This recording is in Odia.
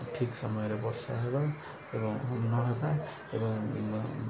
ଠିକ୍ ସମୟରେ ବର୍ଷା ହେବା ଏବଂ ନହେେବା ଏବଂ